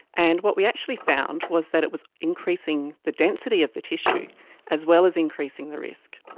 and what we actually found was that it was increasing the density of the tissue as well as increasing the risk.